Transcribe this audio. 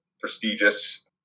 prestigious